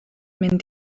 mynd